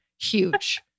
huge